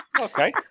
Okay